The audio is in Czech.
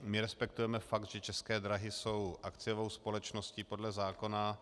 My respektujeme fakt, že České dráhy jsou akciovou společností podle zákona.